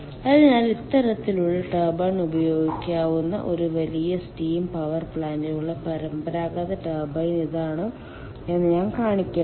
അതിനാൽ ഇത്തരത്തിലുള്ള ടർബൈൻ ഉപയോഗിക്കാവുന്ന ഒരു വലിയ സ്റ്റീം പവർ പ്ലാന്റിനുള്ള പരമ്പരാഗത ടർബൈൻ ഇതാണ് എന്ന് ഞാൻ കാണിക്കട്ടെ